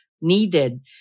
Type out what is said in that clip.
needed